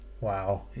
Wow